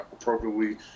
appropriately